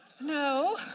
No